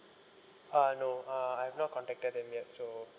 uh no uh I've not contacted them yet so